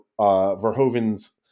Verhoeven's